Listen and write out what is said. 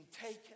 taken